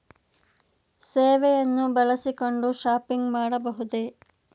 ಸೇವೆಯನ್ನು ಬಳಸಿಕೊಂಡು ಶಾಪಿಂಗ್ ಮಾಡಬಹುದೇ?